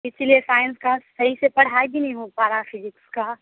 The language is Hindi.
इसीलिए साइंस की सही से पढ़ाई भी नहीं हो पा रहा फिज़िक्स की